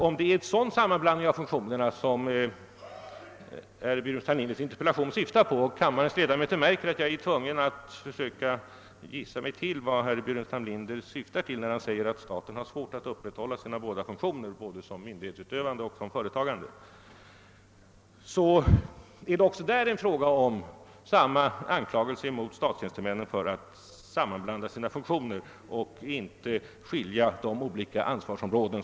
Om det är en sådan sammanblandning av funktionerna som herr Burenstam Linders interpellation syftar på — kammarens ledamöter märker att jag är tvungen att gissa mig till vad herr Burenstam Linder menar när han säger att staten har svårt att undvika en sammanblandning av sina båda funktioner, d.v.s. både myndighetsutövande och företagsägande — så är det också här i grunden fråga om samma anklagelse mot statstjänstemännen för att sammanblanda sina funktioner och inte skilja sina olika ansvarsområden.